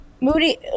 moody